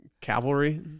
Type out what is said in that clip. cavalry